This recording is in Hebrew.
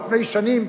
על פני שנים,